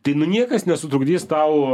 tai niekas nesutrukdys tau